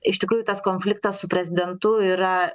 iš tikrųjų tas konfliktas su prezidentu yra